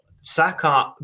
Saka